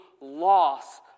loss